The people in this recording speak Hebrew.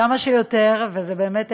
כמה שיותר, וזה באמת מבורך.